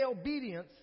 obedience